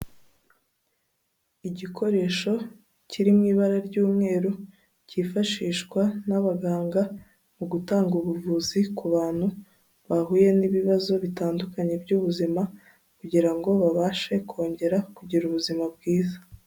Igikoresho kiri mu ibara ry'umweru cyifashishwa n'abaganga mu gutanga ubuvuzi ku bantu bahuye n'ibibazo bitandukanye by'ubuzima kugira ngo babashe kongera kugira ubuzima bwiza.